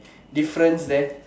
difference there